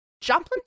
Joplin